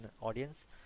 audience